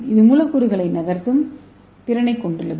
இது மூலக்கூறுகளை நகர்த்தும் திறனைக் கொண்டுள்ளது